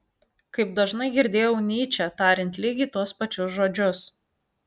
kaip dažnai girdėjau nyčę tariant lygiai tuos pačius žodžius